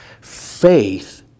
faith